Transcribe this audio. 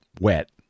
wet